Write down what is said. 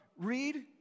read